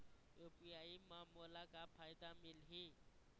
UPI म मोला का फायदा मिलही?